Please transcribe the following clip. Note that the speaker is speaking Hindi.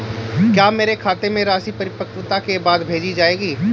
क्या मेरे खाते में राशि परिपक्वता के बाद भेजी जाएगी?